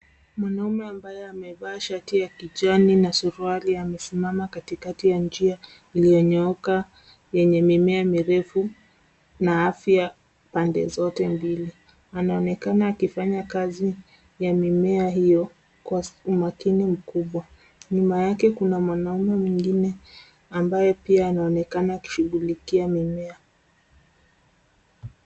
Mwanaume ambaye amevaa shati la kijani na suruali amesimama katikati ya njia iliyo nyooka yenye mimea mirefu na afya pande zote mbili. Anaonekana akifanya kazi ya mimea hiyo kwa umakini mkubwa. Nyuma yake kuna mwanaume mwingine ambaye pia anaonekana akishughulikia mimea.